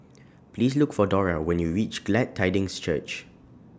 Please Look For Dora when YOU REACH Glad Tidings Church